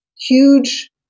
huge